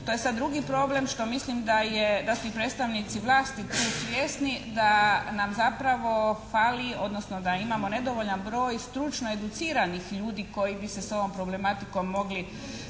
to je sada drugi problem što mislim da su i predstavnici vlasti tu svjesni da nam zapravo fali odnosno da imamo nedovoljan broj stručno educiranih ljudi koji bi se s ovom problematikom mogli